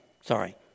sorry